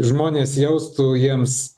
žmonės jaustų jiems